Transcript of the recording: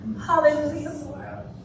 hallelujah